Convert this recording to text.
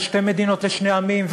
ושתי מדינות לשני עמים,